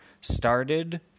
started